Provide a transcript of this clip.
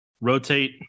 Rotate